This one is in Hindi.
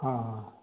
हाँ